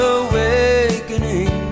awakening